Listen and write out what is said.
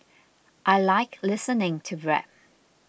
I like listening to rap